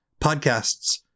podcasts